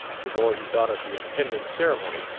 the more he thought of the impending ceremony,